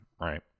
right